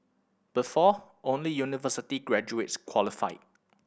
before only university graduates qualified